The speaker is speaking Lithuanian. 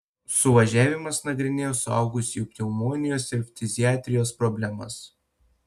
suvažiavimas nagrinėjo suaugusiųjų pneumonijos ir ftiziatrijos problemas